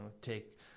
take